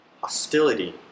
hostility